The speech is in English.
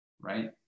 right